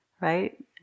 Right